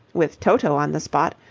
with toto on the spot,